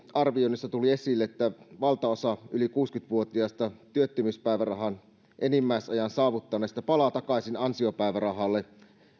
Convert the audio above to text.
arvioinnissa tuli esille että valtaosa yli kuusikymmentä vuotiaista työttömyyspäivärahan enimmäisajan saavuttaneista palaa takaisin ansiopäivärahalle